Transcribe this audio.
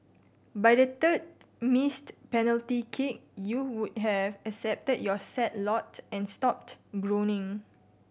by the third missed penalty kick you would have accepted your sad lot and stopped groaning